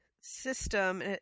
system